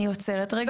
אני עוצרת רגע.